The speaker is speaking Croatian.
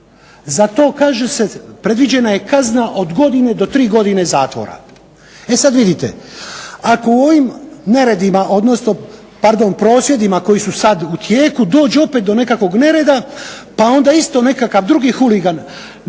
Za to kaže se predviđena je kazna od godine do tri godine zatvora. E sad vidite. Ako u ovim neredima, odnosno pardon prosvjedima koji su sad u tijeku dođe opet do nekakvog nereda, pa onda isto nekakav drugi huligan na